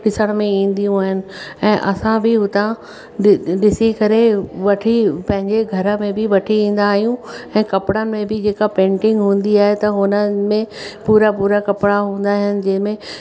ॾिसण में ईंदियूं आहिनि ऐं असां बि हुतां ॾिसी करे वठी पंहिंजे घर में बि वठी ईंदा आहियूं ऐं कपिड़े में बि जेका पेंटिंग हूंदी आहे त हुन में पूरा पूरा कपिड़ा हूंदा आहिनि जंहिंमें